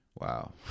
wow